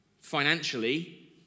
financially